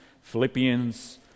Philippians